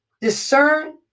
discern